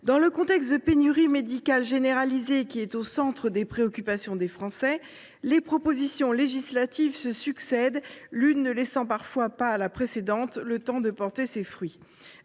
dans le contexte de pénurie médicale généralisée qui est au centre des préoccupations des Français, les propositions législatives se succèdent, l’une ne laissant parfois pas à la précédente le temps de porter ses fruits.